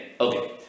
Okay